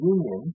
Union